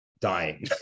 Dying